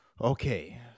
Okay